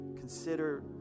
Consider